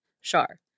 Shar